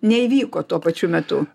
neįvyko tuo pačiu metu